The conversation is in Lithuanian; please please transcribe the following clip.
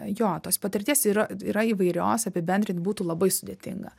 jo tos patirties yra yra įvairios apibendrint būtų labai sudėtinga